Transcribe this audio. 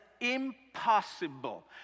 impossible